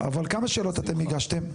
אבל כמה שאלות אתם הגשתם?